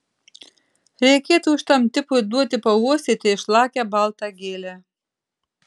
reikėtų šitam tipui duoti pauostyti išlakią baltą gėlę